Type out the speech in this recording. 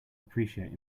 appreciate